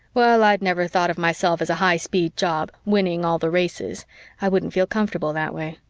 well, i'd never thought of myself as a high-speed job, winning all the races i wouldn't feel comfortable that way.